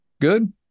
Good